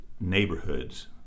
neighborhoods